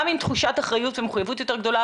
עם תחושת אחריות ומחויבות יותר גדולה,